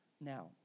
Now